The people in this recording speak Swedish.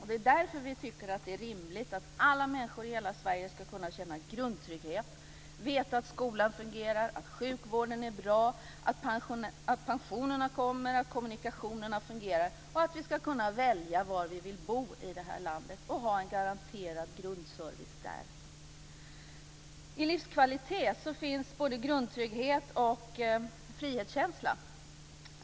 Det är därför som vi tycker att det är rimligt att alla människor i hela Sverige ska kunna känna grundtrygghet, veta att skolan fungerar, att sjukvården är bra, att pensionerna kommer, att kommunikationerna fungerar och att vi ska kunna välja var vi vill bo i det här landet och ha en garanterad grundservice där. I livskvalitet ingår både grundtrygghet och frihetskänsla.